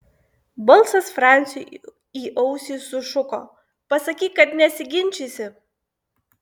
balsas franciui į ausį sušuko pasakyk kad nesiginčysi